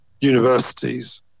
universities